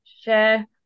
share